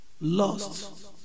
lost